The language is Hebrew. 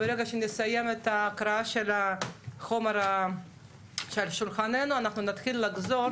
ברגע שנסיים את ההקראה של החומר שעל שולחננו אנחנו נתחיל לחזור